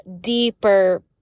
deeper